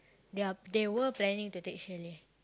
they are they were planning to take chalet